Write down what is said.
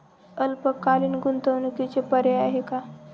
अल्पकालीन गुंतवणूकीचे पर्याय आहेत का?